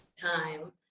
time